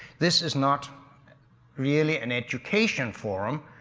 this is not really an education forum.